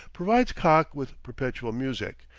provides kakh with perpetual music,